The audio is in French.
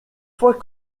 fois